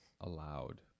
allowed